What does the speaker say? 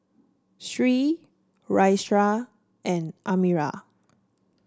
Sri Raisya and Amirah